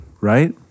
right